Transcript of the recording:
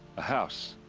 a house.